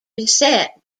beset